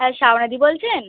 হ্যাঁ শাওনাদি বলছেন